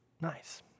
Nice